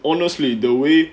honestly the way